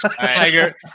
Tiger